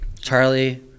Charlie